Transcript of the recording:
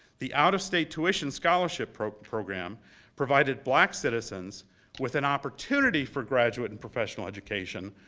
the out of state tuition scholarship program program provided black citizens with an opportunity for graduate and professional education,